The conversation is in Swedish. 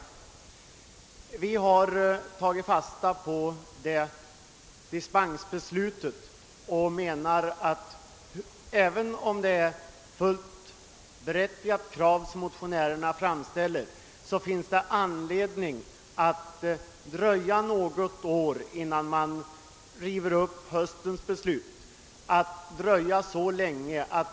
Vi har tagit fasta på denna dispensmöjlighet och menar, även om det är ett fullt berättigat krav som motionärerna framställer, att det är skäl att dröja något år innan man river upp höstens beslut.